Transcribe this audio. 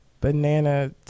banana